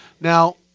Now